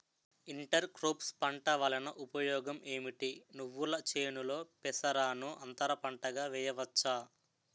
Inter crops పంట వలన ఉపయోగం ఏమిటి? నువ్వుల చేనులో పెసరను అంతర పంటగా వేయవచ్చా?